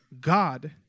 God